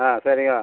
ஆ சரிங்க